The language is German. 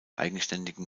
eigenständigen